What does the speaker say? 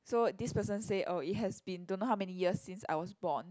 so this person say oh it has been don't know how many years since I was born